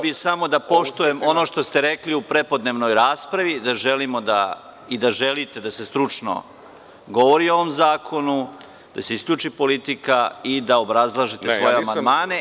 Ne, želeo bih samo da poštujem ono što ste rekli u prepodnevnoj raspravi, da želimo da i da želite da se stručno govori o ovom zakonu, da se isključi politika i da obrazlažete svoje amandmane.